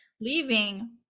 leaving